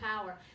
power